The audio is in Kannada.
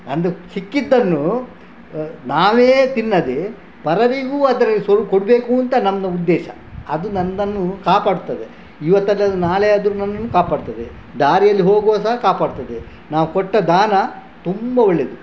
ನನ್ನದು ಸಿಕ್ಕಿದ್ದನ್ನು ನಾವೇ ತಿನ್ನದೇ ಪರರಿಗೂ ಅದರಲ್ಲಿ ಸ್ವಲ್ಪ ಕೊಡಬೇಕು ಅಂತ ನಮ್ಮ ಉದ್ದೇಶ ಅದು ನನ್ನನ್ನು ಕಾಪಾಡ್ತದೆ ಇವತ್ತು ಅಲ್ಲ ಆದ್ರೆ ನಾಳೆಯಾದ್ರೂ ನನ್ನನ್ನ ಕಾಪಾಡ್ತದೆ ದಾರಿಯಲ್ಲಿ ಹೋಗುವಾಗ ಸಹ ಕಾಪಾಡ್ತದೆ ನಾವು ಕೊಟ್ಟ ದಾನ ತುಂಬ ಒಳ್ಳೆಯದು